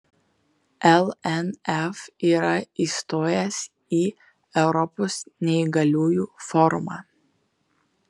lnf yra įstojęs į europos neįgaliųjų forumą